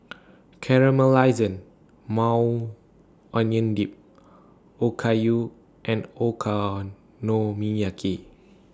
Caramelized Maui Onion Dip Okayu and Okonomiyaki